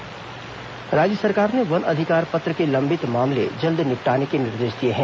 one अधिकार पत्र राज्य सरकार ने वन अधिकार पत्र के लंबित मामले जल्द निपटाने के निर्देश दिए हैं